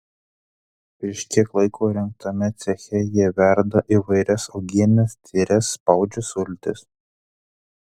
prieš kiek laiko įrengtame ceche jie verda įvairias uogienes tyres spaudžia sultis